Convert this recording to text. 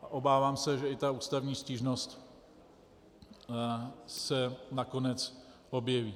Obávám se, že i ta ústavní stížnost se nakonec objeví.